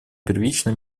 первичной